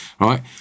Right